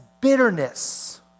bitterness